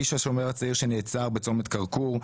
איש השומר הצעיר שנעצר בצומת כרכור,